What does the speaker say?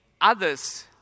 others